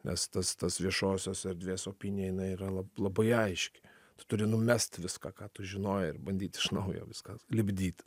nes tas tas viešosios erdvės opinija jinai yra labai aiški tu turi numest viską ką tu žinojai ir bandyt iš naujo viską lipdyt